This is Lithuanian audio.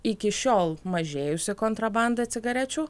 iki šiol mažėjusi kontrabanda cigarečių